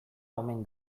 omen